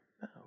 No